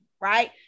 right